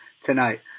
tonight